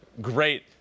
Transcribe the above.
great